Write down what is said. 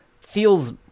feels